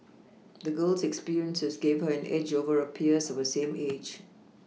the girl's experiences gave her an edge over her peers of the same age